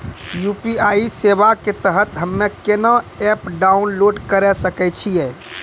UPI सेवा के तहत हम्मे केना एप्प डाउनलोड करे सकय छियै?